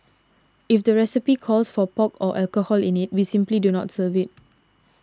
if the recipe calls for pork or alcohol in it we simply do not serve it